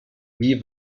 wie